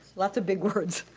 lots of big words.